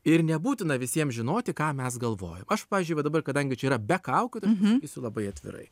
ir nebūtina visiem žinoti ką mes galvojam aš pavyzdžiui va dabar kadangi čia yra be kaukių tai aš pasakysiu labai atvirai